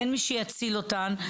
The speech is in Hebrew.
אין מי שיציל אותן,